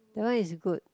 that one is good